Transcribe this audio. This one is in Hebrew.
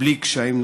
ובלי קשיים נוספים.